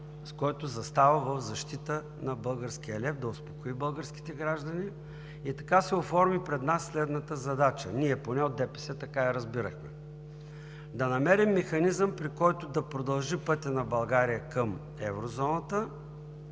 с който застава в защита на българския лев, да успокои българските граждани и така се оформи пред нас следната задача, ние поне от ДПС така я разбираме – да намерим механизъм, при който да продължи пътят на България към Еврозоната